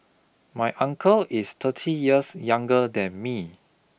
my uncle is thirty years younger than me